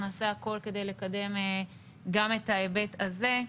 נעשה הכול כדי לקדם גם את ההיבט הזה.